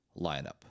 lineup